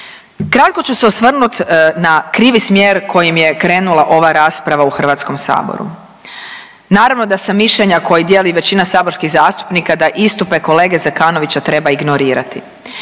Kratko ću se osvrnut na krivi smjer kojim je krenula ova rasprava u Hrvatskom saboru. Naravno da sam mišljenja koje dijeli i većina saborskih zastupnika da istupe kolege Zekanovića treba ignorirati.